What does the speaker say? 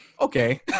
Okay